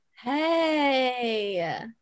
Hey